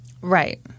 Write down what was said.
Right